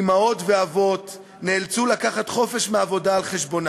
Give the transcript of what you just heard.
אימהות ואבות, נאלצו לקחת חופש מהעבודה על חשבונם.